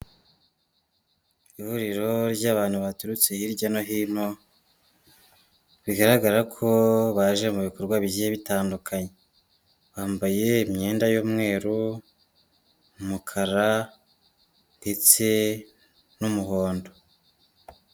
Ihuriro ry'abantu baturutse hirya no hino, bigaragara ko baje mu bikorwa bigiye bitandukanye. Bambaye imyenda y'umweru, umukara ndetse n'umuhondo.